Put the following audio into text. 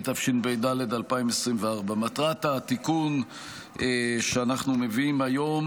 התשפ"ד 2024. מטרת התיקון שאנחנו מביאים היום